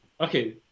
okay